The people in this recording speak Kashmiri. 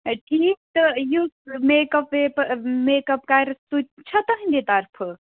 اَے ٹھیٖک تہٕ یُس مَیٚک اَپ وَیپ مَیٚک اَپ کَرِ سُہ چھا تُہٕنٛدے طرفہٕ